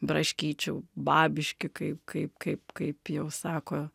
braškyčių babiški kaip kaip kaip kaip jau sako